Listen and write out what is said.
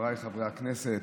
חבריי חברי הכנסת,